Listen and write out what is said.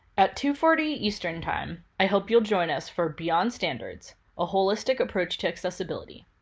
at two forty eastern time, i hope you'll join us for beyond standards a holistic approach to accessibility,